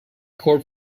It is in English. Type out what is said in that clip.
court